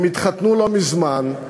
הם התחתנו לא מזמן.